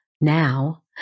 now